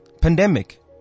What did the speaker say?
pandemic